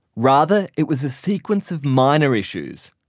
rather, it was a sequence of minor issues.